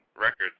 Records